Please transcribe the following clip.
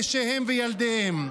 נשיהם וילדיהם.